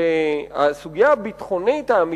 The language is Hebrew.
שהסוגיה הביטחונית האמיתית,